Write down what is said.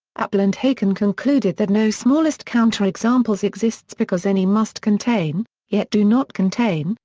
appel and haken concluded that no smallest counterexamples exists because any must contain, yet do not contain,